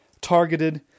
Targeted